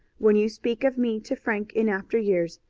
when you speak of me to frank in after years,